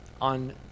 on